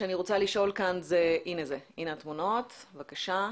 הינה התמונות, בבקשה.